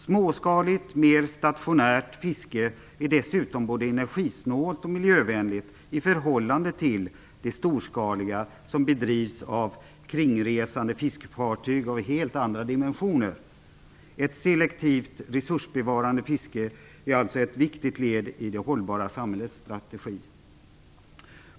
Småskaligt, mer stationärt fiske är dessutom både energisnålt och miljövänligt i förhållande till det storskaliga som bedrivs av "kringresande" fiskefartyg av helt andra dimensioner. Ett selektivt, resursbevarande fiske är alltså ett viktigt led i det hållbara samhällets strategi.